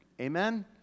amen